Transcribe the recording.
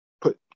put